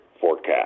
forecast